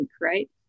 right